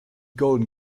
golden